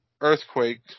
Earthquake